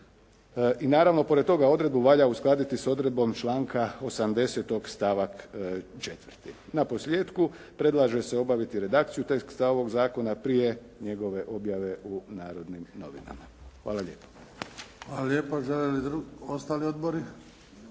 I naravno, pored toga odredbu valja uskladiti s odredbom članka 80. stavak 4. Na posljetku predlaže se obaviti redakciju teksta ovog zakona prije njegove objave u "Narodnim novinama". Hvala lijepo. **Bebić, Luka (HDZ)** Hvala lijepa. Žele li ostali odbori?